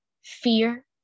fear